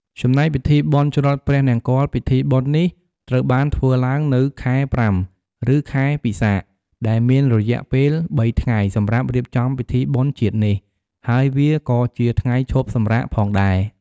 ចំណែកពីធីបុណ្យច្រត់ព្រះនង្គ័ល ពិធីបុណ្យនេះត្រូវបានធ្វើឡើងនៅខែ៥ ឬខែពិសាខ ដែលមានរយៈពេល ៣ថ្ងៃសម្រាប់រៀបចំពិធីបុណ្យជាតិនេះ ហើយវាក៏ជាថ្ងៃឈប់សម្រាកផងដែរ ។